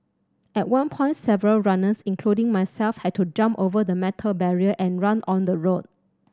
at one point several runners including myself had to jump over the metal barrier and run on the road